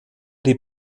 die